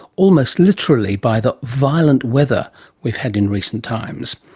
almost literally, by the violent weather we've had in recent times.